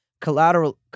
collateral